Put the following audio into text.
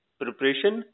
preparation